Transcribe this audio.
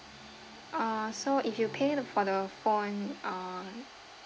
uh so if you pay the for the phone uh